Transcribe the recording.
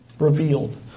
revealed